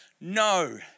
No